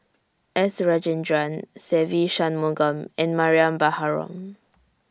S Rajendran Se Ve Shanmugam and Mariam Baharom